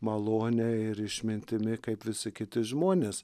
malone ir išmintimi kaip visi kiti žmonės